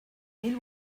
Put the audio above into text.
mil